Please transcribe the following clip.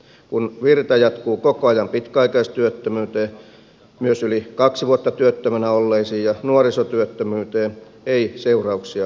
kun virta jatkuu koko ajan pitkäaikaistyöttömyyteen myös yli kaksi vuotta työttömänä olleisiin ja nuorisotyöttömyyteen ei seurauksia voi väistellä